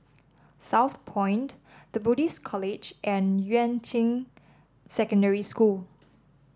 Southpoint The Buddhist College and Yuan Ching Secondary School